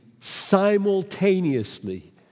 simultaneously